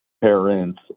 parents